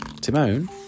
Timon